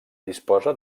disposa